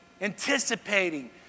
anticipating